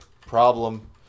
Problem